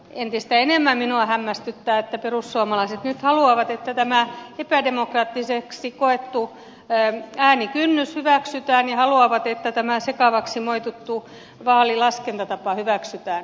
entistä enemmän minua hämmästyttää että perussuomalaiset nyt haluavat että tämä epädemokraattiseksi koettu äänikynnys hyväksytään ja haluavat että tämä sekavaksi moitittu vaalilaskentatapa hyväksytään